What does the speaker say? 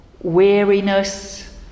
weariness